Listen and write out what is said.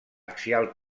axial